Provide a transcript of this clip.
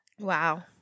Wow